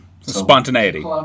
Spontaneity